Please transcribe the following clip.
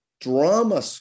Drama